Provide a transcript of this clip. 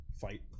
fight